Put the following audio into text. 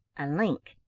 a link,